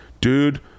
dude